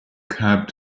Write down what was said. cab